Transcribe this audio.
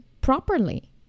properly